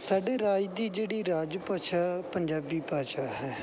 ਸਾਡੇ ਰਾਜ ਦੀ ਜਿਹੜੀ ਰਾਜ ਭਾਸ਼ਾ ਪੰਜਾਬੀ ਭਾਸ਼ਾ ਹੈ